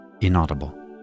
inaudible